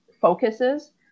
focuses